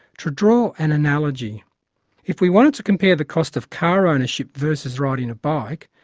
to draw an analogy if we wanted to compare the cost of car ownership versus riding a bike,